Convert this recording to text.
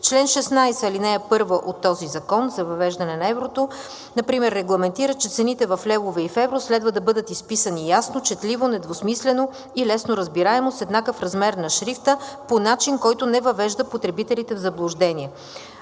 Член 16, ал. 1 от този Закон за въвеждане на еврото например регламентира, че цените в левове и в евро следва да бъдат изписани ясно, четливо, недвусмислено и лесноразбираемо, с еднакъв размер на шрифта, по начин, който не въвежда потребителите в заблуждение.